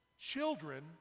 Children